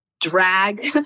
drag